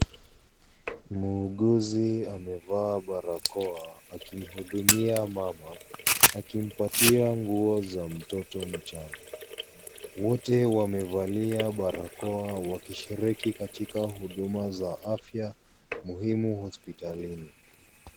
Muuguzi amevaa barakoa akimhudumia mama, akimpatia nguo za mtoto mchanga. Wote wamevalia barakoa wakishiriki katika huduma za afya muhimu hospitalini.